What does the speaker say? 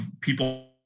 people